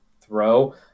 throw